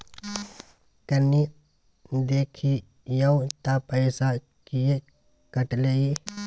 कनी देखियौ त पैसा किये कटले इ?